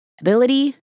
Ability